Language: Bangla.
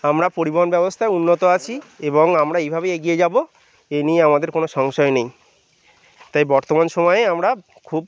আমরা পরিবহন ব্যবস্থায় উন্নত আছি এবং আমরা এইভাবেই এগিয়ে যাবো এই নিয়ে আমাদের কোনো সংশয় নেই তাই বর্তমান সময়ে আমরা খুব